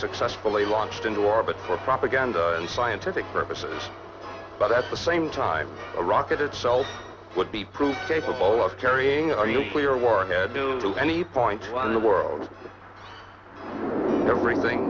successfully launched into orbit for propaganda and scientific purposes but at the same time a rocket itself would be proved capable of carrying a nuclear warhead noone to any point in the world the ring thing